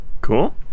Cool